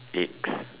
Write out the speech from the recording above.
eggs